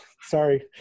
sorry